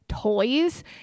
toys